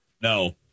no